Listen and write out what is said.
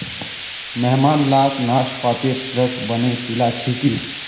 मेहमान लाक नाशपातीर रस बनइ पीला छिकि